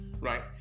right